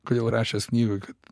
kodėl rašęs knygoj kad